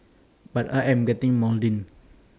but I am getting maudlin